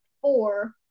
four